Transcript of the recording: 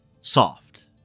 soft